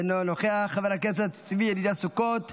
אינו נוכח, חבר הכנסת צבי ידידיה סוכות,